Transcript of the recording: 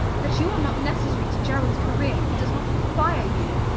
that you are not necessary to gerald's career. he does not require you.